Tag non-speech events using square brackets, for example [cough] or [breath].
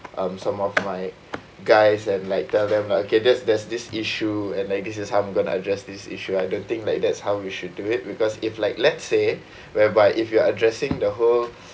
um some of my guys and like tell them lah okay there's there's this issue and like this is how I'm going to address this issue I don't think like that's how we should do it because if like let's say [breath] whereby if you are addressing the whole